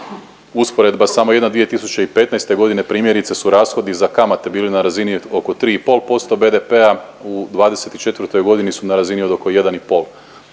Usporedba samo jedna, 2015.g. primjerice su rashodi za kamate bili na razini oko 3,5% BDP-a u '24.g. su na razini oko 1,5.